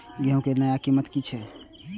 गेहूं के नया कीमत की छे?